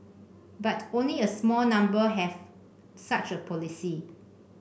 but only a small number have such a policy